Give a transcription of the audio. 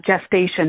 gestation